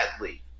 Badly